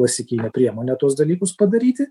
klasikinė priemonė tuos dalykus padaryti